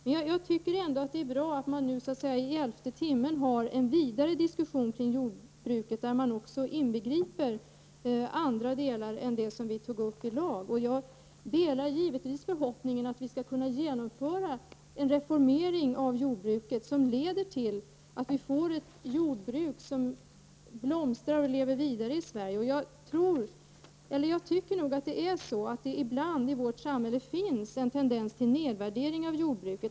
Men det är ändå bra att man nu i så att säga elfte timmen för en vidare diskussion kring jordbruket, där man också inbegriper andra delar än dem som vi har tagit upp. Jag delar givetvis förhoppningen att vi skall kunna genomföra en reformering av jordbruket som leder till att vi får ett jordbruk som blomstrar och lever vidare i Sverige. Ibland finns det i vårt samhälle en tendens till att jordbruket nedvärderas.